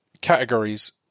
categories